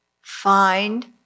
Find